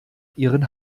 ihren